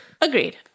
Agreed